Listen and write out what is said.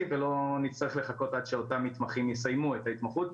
ולא נצטרך לחכות עד שאותם מתמחים יסיימו את ההתמחות.